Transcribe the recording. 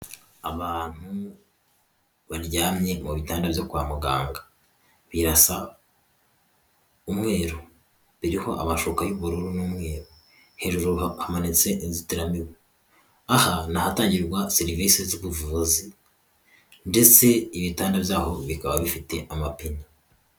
Abantu baryamye mu bitanda byo kwa muganga birasa umweru hariho amashuka y'ubururu n'umweru, hejuru hamanitse inzitiramibu. Aha ni ahatangirwa serivisi z'ubuvuzi ndetse ibitanda byaho bikaba bifite amapine.